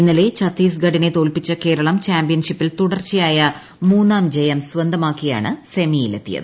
ഇന്നലെ ഛത്തീസ്ഗഡിനെ തോൽപിച്ച കേരളം ചാംപ്യൻഷിപ്പിൽ തുടർച്ചയായ മൂന്നാം ജയം സ്വന്തമാക്കിയ്കാണഅ സെമിയിലെത്തി യത്